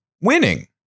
winning